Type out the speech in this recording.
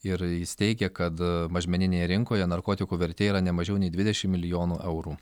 ir jis teigia kad mažmeninėje rinkoje narkotikų vertė yra ne mažiau nei dvidešim milijonų eurų